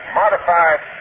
modified